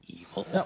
evil